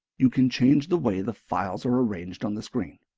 you can change the way the files are arranged on the screen.